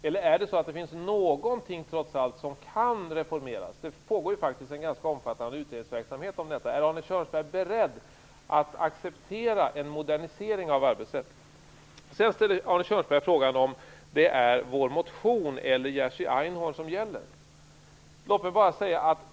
Eller finns det trots allt något som kan reformeras? En ganska omfattande utredningsverksamhet pågår faktiskt när det gäller detta. Är alltså Arne Kjörnsberg beredd att acceptera en modernisering av arbetsrätten? Arne Kjörnsberg frågar om det är vår motion eller om det är Jerzy Einhorn som gäller.